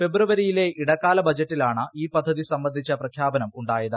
ഫെബ്രുവരിയിലെ ഇടക്കാല ബജറ്റിലാണ് ഈ പദ്ധതി സംബന്ധിച്ചു പ്രഖ്യാപനം ഉണ്ടായത്